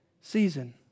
season